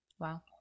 Wow